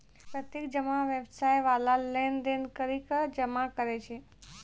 प्रत्यक्ष जमा व्यवसाय बाला लेन देन करि के जमा करै छै